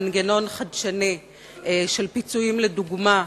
מנגנון חדשני של פיצויים לדוגמה,